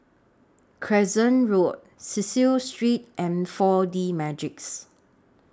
Crescent Road Cecil Street and four D Magix